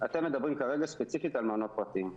כרגע ספציפית על מעונות פרטיים.